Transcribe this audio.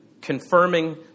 confirming